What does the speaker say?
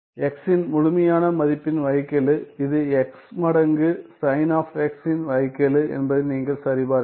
x ன் முழுமையான மதிப்பின் வகைக்கெழு இது x மடங்கு சைன் ஆப் x ன் வகைக்கெழு என்பதை நீங்கள் சரிபார்க்கலாம்